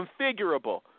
configurable